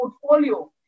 portfolio